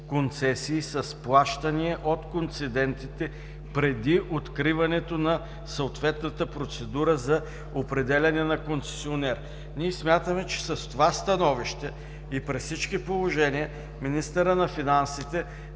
концесии с плащания от концедентите преди откриването на съответната процедура за определяне на концесионер. Ние смятаме, че с това становище при всички положения министърът на финансите